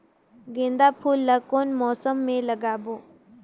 गेंदा फूल ल कौन मौसम मे लगाबो?